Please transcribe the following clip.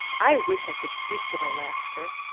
i wish i could speak to the lascar.